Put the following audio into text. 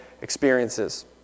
experiences